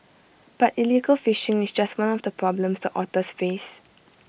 but illegal fishing is just one of the problems the otters face